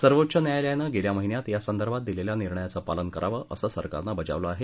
सर्वोच्च न्यायालयानं गेल्या माहिन्यात या संदर्भात दिलेल्या निर्णयाचं पालन करावं असं सरकारनं बजावलं आहे